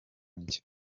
njya